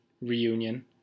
reunion